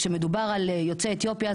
כשמדובר על יוצאי אתיופיה,